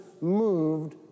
moved